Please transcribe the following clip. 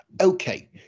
Okay